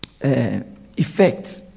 effects